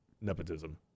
nepotism